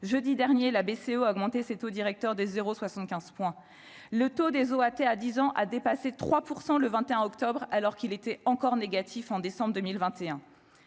jeudi dernier, la BCE a augmenté ses taux directeurs des euros 75 points le taux des OAT à 10 ans a dépassé 3 % le 21 octobre alors qu'il était encore négatif en décembre 2021